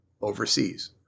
overseas